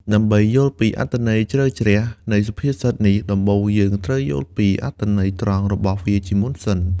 ដើម្បីយល់ពីអត្ថន័យជ្រៅជ្រះនៃសុភាសិតនេះ ដំបូងយើងត្រូវយល់ពីអត្ថន័យត្រង់របស់វាជាមុនសិន។